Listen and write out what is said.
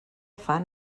fan